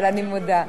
אבל אני מודה.